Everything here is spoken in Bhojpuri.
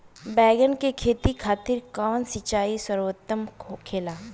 बैगन के खेती खातिर कवन सिचाई सर्वोतम होखेला?